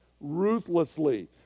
ruthlessly